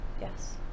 Yes